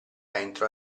entrò